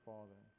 Father